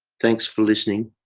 thanks for listening.